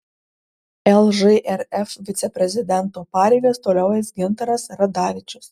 lžrf viceprezidento pareigas toliau eis gintaras radavičius